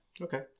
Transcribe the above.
Okay